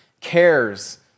cares